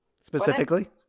Specifically